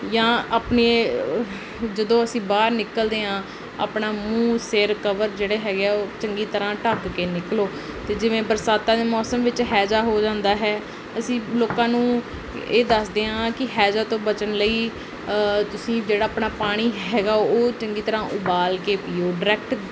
ਜਾਂ ਆਪਣੇ ਜਦੋਂ ਅਸੀਂ ਬਾਹਰ ਨਿਕਲਦੇ ਹਾਂ ਆਪਣਾ ਮੂੰਹ ਸਿਰ ਕਵਰ ਜਿਹੜੇ ਹੈਗੇ ਆ ਉਹ ਚੰਗੀ ਤਰ੍ਹਾਂ ਢੱਕ ਕੇ ਨਿਕਲੋ ਅਤੇ ਜਿਵੇਂ ਬਰਸਾਤਾਂ ਦੇ ਮੌਸਮ ਵਿੱਚ ਹੈਜਾ ਹੋ ਜਾਂਦਾ ਹੈ ਅਸੀਂ ਲੋਕਾਂ ਨੂੰ ਇਹ ਦੱਸਦੇ ਹਾਂ ਕਿ ਹੈਜਾ ਤੋਂ ਬਚਣ ਲਈ ਤੁਸੀਂ ਜਿਹੜਾ ਆਪਣਾ ਪਾਣੀ ਹੈਗਾ ਉਹ ਚੰਗੀ ਤਰ੍ਹਾਂ ਉਬਾਲ ਕੇ ਪੀਓ ਡਾਇਰੈਕਟ